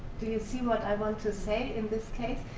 do you see what i want to say in this case?